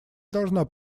должна